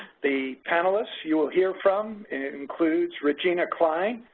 the panelist you will hear from includes regina kline,